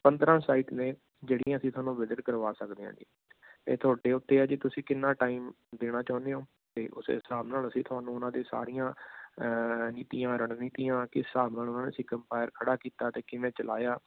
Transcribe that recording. ਪੰਦਰਾਂ ਸਾਈਟ ਨੇ ਜਿਹੜੀਆਂ ਅਸੀਂ ਤੁਹਾਨੂੰ ਵਿਜਿਟ ਕਰਵਾ ਸਕਦੇ ਹਾਂ ਜੀ ਇਹ ਤੁਹਾਡੇ ਉੱਤੇ ਆ ਜੀ ਤੁਸੀਂ ਕਿੰਨਾ ਟਾਈਮ ਦੇਣਾ ਚਾਹੁੰਦੇ ਹੋ ਅਤੇ ਉਸ ਹਿਸਾਬ ਨਾਲ ਅਸੀਂ ਤੁਹਾਨੂੰ ਉਹਨਾਂ ਦੀ ਸਾਰੀਆਂ ਨੀਤੀਆਂ ਰਣਨੀਤੀਆਂ ਕਿਸ ਹਿਸਾਬ ਨਾਲ ਉਹਨਾਂ ਨੇ ਸਿੱਖ ਅੰਪਾਇਰ ਖੜ੍ਹਾ ਕੀਤਾ ਅਤੇ ਕਿਵੇਂ ਚਲਾਇਆ